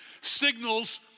signals